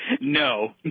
No